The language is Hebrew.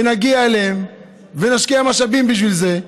ונגיע אליהם ונשקיע משאבים בשביל זה.